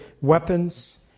weapons